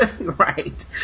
Right